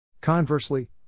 Conversely